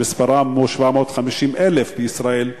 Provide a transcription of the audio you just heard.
שמספרם הוא 750,000 בישראל,